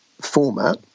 format